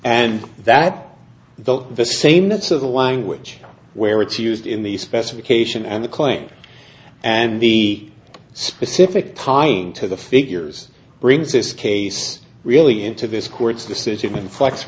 and that the the same that's of the language where it's used in the specification and the claims and the specific tying to the figures brings this case really into this court's decision in flex